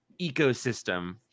ecosystem